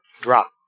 drop